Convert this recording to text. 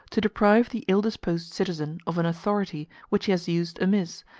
to deprive the ill-disposed citizen of an authority which he has used amiss,